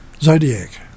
Zodiac